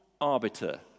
arbiter